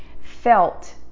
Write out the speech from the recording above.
felt